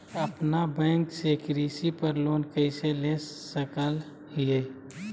अपना बैंक से कृषि पर लोन कैसे ले सकअ हियई?